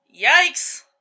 Yikes